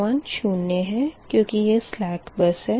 1 शून्य है क्यूँकि यह सलेक बस है